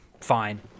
fine